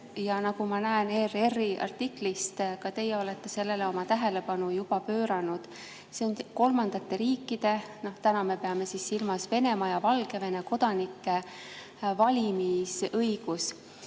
ja nagu ma näen ERR-i artiklist, ka teie olete sellele oma tähelepanu pööranud. See on kolmandate riikide, täna me peame silmas Venemaad ja Valgevenet, kodanike valimisõigus.